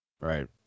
right